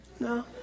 no